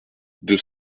deux